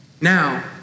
Now